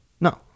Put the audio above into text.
no